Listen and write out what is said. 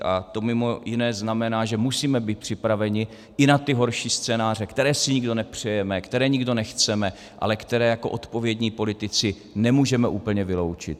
A to mimo jiné znamená, že musíme být připraveni i na ty horší scénáře, které si nikdo nepřejeme, které nikdo nechceme, ale které jako odpovědní politici nemůžeme úplně vyloučit.